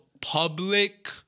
public